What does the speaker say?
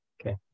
okay